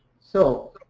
so,